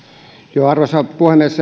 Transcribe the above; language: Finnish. arvoisa puhemies